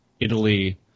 Italy